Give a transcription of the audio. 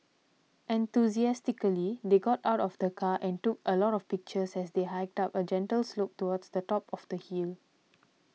enthusiastically they got out of the car and took a lot of pictures as they hiked up a gentle slope towards the top of the hill